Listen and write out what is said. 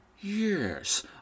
yes